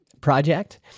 project